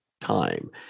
time